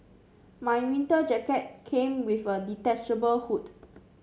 my winter jacket came with a detachable hood